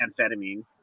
amphetamine